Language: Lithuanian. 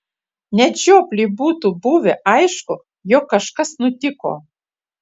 net žiopliui būtų buvę aišku jog kažkas nutiko